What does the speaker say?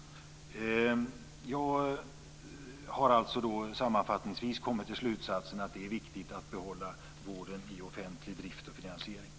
Jag har kommit till slutsatsen att det är viktigt att behålla vården i offentlig drift och finansiering.